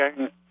Okay